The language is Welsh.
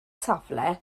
safle